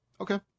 Okay